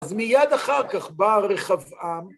‫אז מיד אחר כך בא רחבעם...